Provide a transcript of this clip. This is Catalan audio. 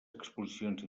exposicions